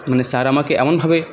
মানে স্যার আমাকে এমনভাবে